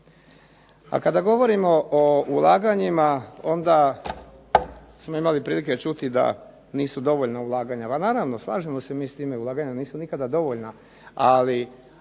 A kada govorimo o ulaganjima onda smo imali prilike čuti da nisu dovoljna ulaganja. Naravno, slažemo se mi s time ulaganja nisu nikada dovoljna ali